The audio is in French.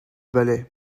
ballets